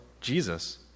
Jesus